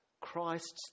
Christ's